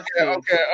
Okay